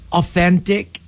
authentic